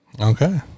Okay